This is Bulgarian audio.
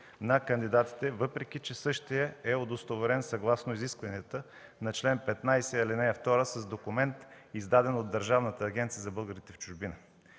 на кандидатите, въпреки че същият е удостоверен съгласно изискванията на чл. 15, ал. 2 с документ, издаден от Държавната агенция за българите в чужбина.